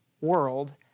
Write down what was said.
world